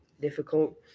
difficult